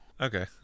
Okay